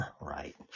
Right